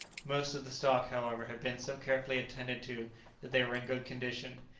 most of the stock, however, had been so carefully attended to that they were in good condition,